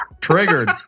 triggered